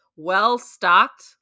Well-stocked